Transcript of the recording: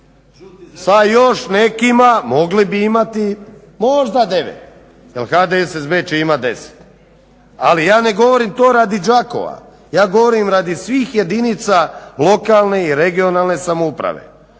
sa još nekima mogli bi imati možda 9, jer HDSSB će imat 10. Ali ja ne govorim to radi Đakova. Ja govorim radi svih jedinica lokalne i regionalne samouprave,